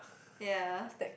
ya